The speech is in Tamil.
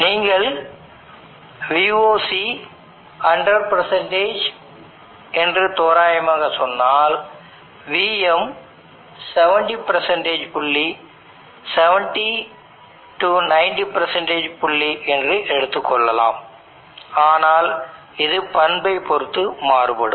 நீங்கள் Voc 100 என்று தோராயமாக சொன்னால் vm 70 புள்ளி புள்ளி என்று எடுத்துக்கொள்ளலாம் ஆனால் இது பண்பைப் பொறுத்து மாறுபடும்